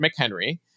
McHenry